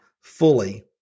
fully